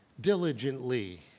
diligently